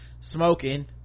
Smoking